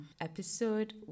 episode